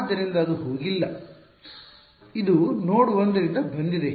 ಆದ್ದರಿಂದ ಅದು ಹೋಗಿಲ್ಲ ಆದ್ದರಿಂದ ಇದು ನೋಡ್ 1 ರಿಂದ ಬಂದಿದೆ